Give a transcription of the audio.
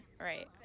Right